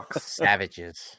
Savages